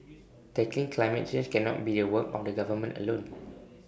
tackling climate change cannot be the work of the government alone